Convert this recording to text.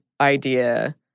idea